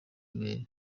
ibere